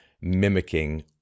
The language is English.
mimicking